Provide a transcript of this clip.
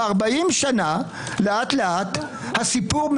ב-40 שנה לאט-לאט הסיפור,